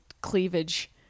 cleavage